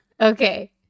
Okay